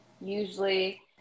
usually